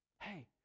Hey